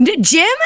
Jim